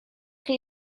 chi